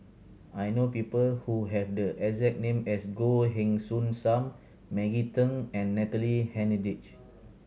I know people who have the exact name as Goh Heng Soon Sam Maggie Teng and Natalie Hennedige